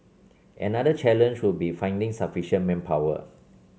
another challenge would be finding sufficient manpower